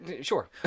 Sure